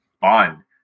fun